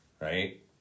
right